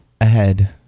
ahead